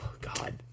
God